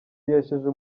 yesheje